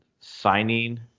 signing